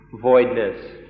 Voidness